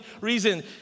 reason